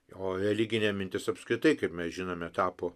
o religinė mintis apskritai kaip mes žinome tapo